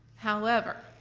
however,